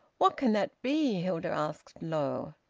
what can that be? hilda asked, low.